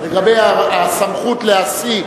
לגבי הסמכות להשיא